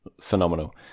phenomenal